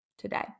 today